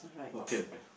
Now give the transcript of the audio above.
okay okay